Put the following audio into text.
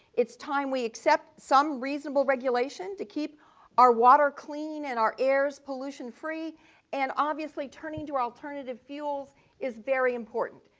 it's time we accept some reasonable regulation to keep our water clean and our air pollution-free and obviously turning to alternative fuels is very important.